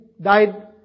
died